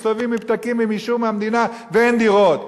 מסתובבים עם פתקים, עם אישור מהמדינה, ואין דירות.